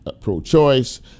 pro-choice